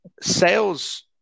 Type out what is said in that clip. sales